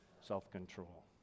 self-control